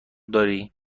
درای